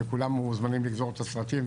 וכולם מוזמנים לגזור את הסרטים.